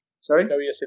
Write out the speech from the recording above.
sorry